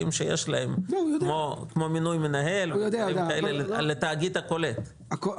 שיש להם כמו מינוי מנהל ודברים כאלה לתאגיד הכולל -- הוא יודע הכל.